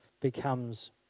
becomes